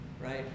right